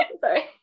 Sorry